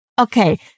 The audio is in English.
okay